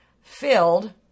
filled